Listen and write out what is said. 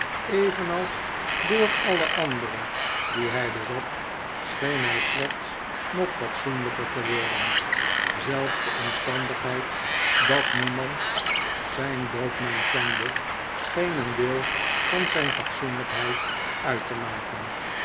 evenals door alle andere die hij bezat scheen hij slechts nog fatsoenlijker te worden zelfs de omstandigheid dat niemand zijn doopnaam kende scheen een deel van zijn fatsoenlijkheid uit te maken